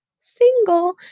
single